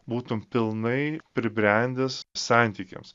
būtum pilnai pribrendęs santykiams